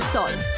Salt